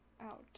out